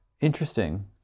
interesting